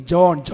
John